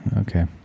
okay